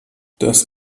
das